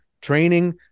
training